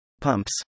Pumps